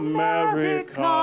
America